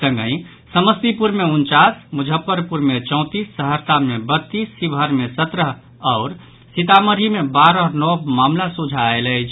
संगहि समस्तीपुर मे उनचास मुजफ्फरपुर मे चौंतीस सहरसा मे बत्तीस शिवहर मे सत्रह आओर सीतामढ़ी मे बारह नव मामिला सोझा आयल अछि